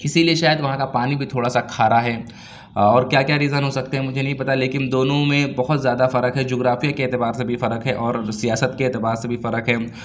اسی لیے شاید وہاں کا پانی بھی تھوڑا سا کھارا ہے اور کیا کیا ریزن ہو سکتے ہیں مجھے نہیں پتا لیکن دونوں میں بہت زیادہ فرق ہے جغرافیہ کے اعتبار سے بھی فرق ہے اور سیاست کے اعتبار سے بھی فرق ہے